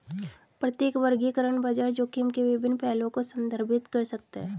प्रत्येक वर्गीकरण बाजार जोखिम के विभिन्न पहलुओं को संदर्भित कर सकता है